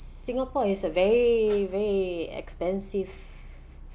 singapore is a very very expensive